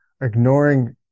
ignoring